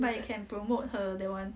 like can promote her that one